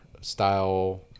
style